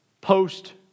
post